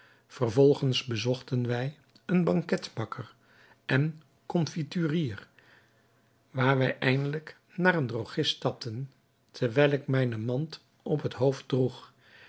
vervolgens bezochten wij een banketbakker en confiturier van waar wij eindelijk naar een droogist stapten terwijl ik mijne mand op het hoofd droeg